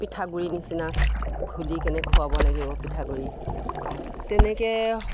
পিঠাগুড়ি নিচিনা ঘূলি কেনে খুৱাব লাগিব পিঠাগুড়ি তেনেকৈ